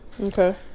Okay